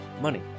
money